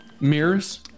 mirrors